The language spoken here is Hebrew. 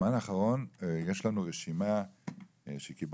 יש לנו פה רשימה שקיבלנו